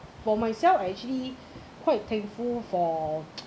for myself I actually quite thankful for